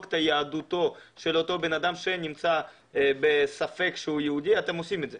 את יהדותו של אותו בן אדם שנמצא בספק שהוא יהודי אתם עושים את זה?